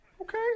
Okay